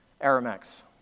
Aramex